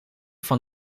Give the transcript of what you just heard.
van